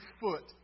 foot